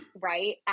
right